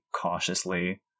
cautiously